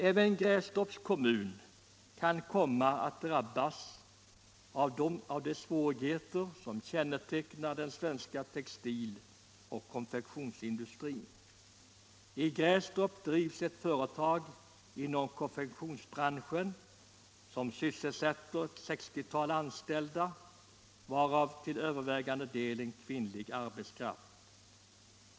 Även Grästorps kommun kan komma att drabbas av de svårigheter som kännetecknar den svenska textil och konfektionsindustrin. I Grästorp drivs ett företag inom konfektionsbranschen, som sysselsätter ett 60-tal anställda, till övervägande delen kvinnor.